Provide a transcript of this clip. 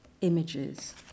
images